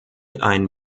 ein